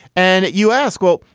and you ask, well,